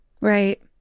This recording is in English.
Right